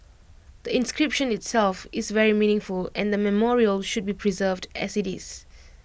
the inscription itself is very meaningful and the memorial should be preserved as IT is